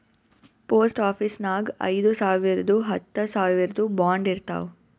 post ಆಫೀಸ್ನಾಗ್ ಐಯ್ದ ಸಾವಿರ್ದು ಹತ್ತ ಸಾವಿರ್ದು ಬಾಂಡ್ ಇರ್ತಾವ್